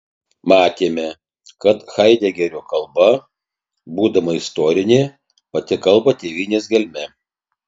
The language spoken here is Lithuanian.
matėme kad haidegerio kalba būdama istorinė pati kalba tėvynės gelme